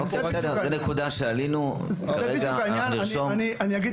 זאת נקודה שעלינו עליה כרגע, אנחנו נרשום אותה.